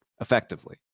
effectively